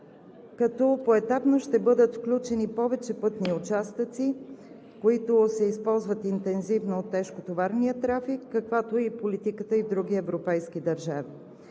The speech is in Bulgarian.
като поетапно ще бъдат включени повече пътни участъци, които се използват интензивно от тежкотоварния трафик, каквато е политиката и в други европейски държави.